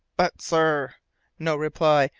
but, sir no reply,